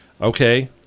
Okay